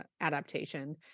adaptation